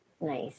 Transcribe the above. Nice